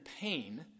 pain